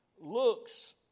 Looks